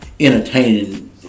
entertaining